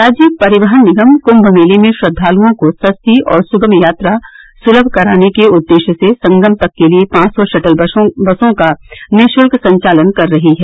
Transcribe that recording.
राज्य परिवहन निगम कुंभ मेले में श्रद्वालुओं को सस्ती और सुगम यात्रा सुलभ कराने के उद्देश्य से संगम तक के लिये पांच सौ शटल बसों का निःशुत्क संचालन कर रही है